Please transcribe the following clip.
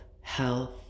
health